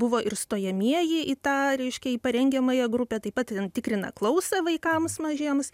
buvo ir stojamieji į tą reiškia į parengiamąją grupę taip pat tikrina klausą vaikams mažiems